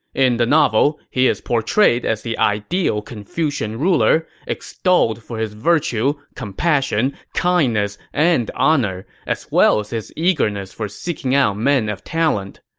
in the novel, he is portrayed as the ideal confucian ruler, extolled for his virtue, compassion, kindness, and honor, as well as his eagerness for seeking out men of talent.